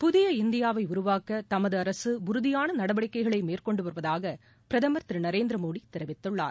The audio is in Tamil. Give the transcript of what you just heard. புதிய இந்தியாவைஉருவாக்கதமது அரசுஉறுதியானநடவடிக்கைகளைமேற்கொண்டுவருவதாகபிரதமர் திருநரேந்திரமோடிதெரிவித்துள்ளார்